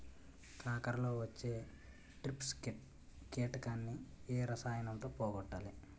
కాకరలో వచ్చే ట్రిప్స్ కిటకని ఏ రసాయనంతో పోగొట్టాలి?